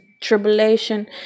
tribulation